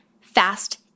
fast